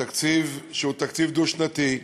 התקציב, שהוא תקציב דו-שנתי,